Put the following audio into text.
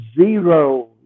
zero